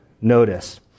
Notice